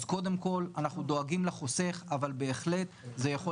אז קודם כל אנחנו דואגים לחוסך אבל בהחלט זה יכול